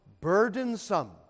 burdensome